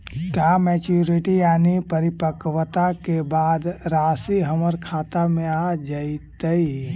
का मैच्यूरिटी यानी परिपक्वता के बाद रासि हमर खाता में आ जइतई?